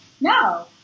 No